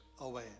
away